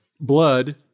blood